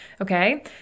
Okay